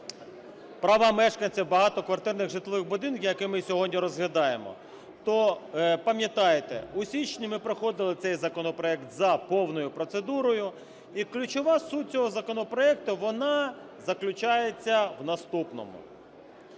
права мешканців багатоквартирних житлових будинків, які ми сьогодні розглядаємо, то, пам'ятаєте, у січні ми проходили цей законопроект за повною процедурою. І ключова суть цього законопроекту, вона заключається в наступному.